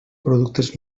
productes